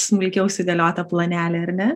smulkiau sudėliotą planelį ar ne